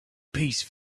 piece